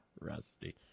Rusty